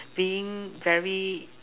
being very